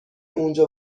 اونجا